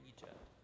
Egypt